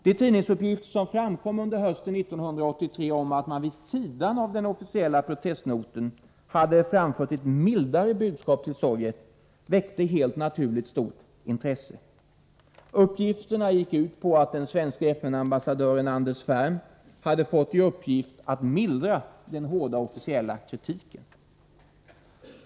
De tidningsuppgifter som framkom under hösten 1983 om att man vid sidan av den officiella protestnoten hade framfört ett mildare budskap till Sovjet väckte helt naturligt ett stort intresse. Uppgifterna gick ut på att den svenska FN-ambassadören Anders Ferm hade fått i uppgift att mildra den hårda officiella kritiken.